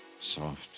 Soft